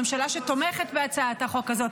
הממשלה שתומכת בהצעת החוק הזאת,